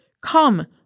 come